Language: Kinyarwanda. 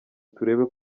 turebe